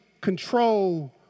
control